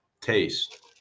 Taste